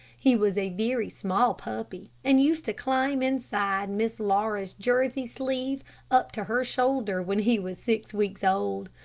he was a very small puppy and used to climb inside miss laura's jersey sleeve up to her shoulder when he was six weeks old.